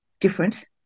different